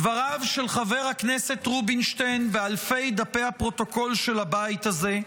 דבריו של חבר הכנסת רובינשטיין באלפי דפי הפרוטוקול של הבית הזה,